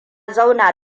zauna